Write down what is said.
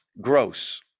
gross